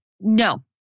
No